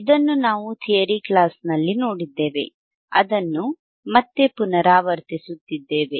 ಇದನ್ನು ನಾವು ಥಿಯರಿ ಕ್ಲಾಸ್ನಲ್ಲಿ ನೋಡಿದ್ದೇವೆ ಅದನ್ನು ಮತ್ತೆ ಪುನರಾವರ್ತಿಸುತ್ತಿದ್ದೇವೆ